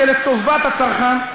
שזה לטובת הצרכן.